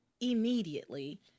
immediately